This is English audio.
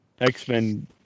X-Men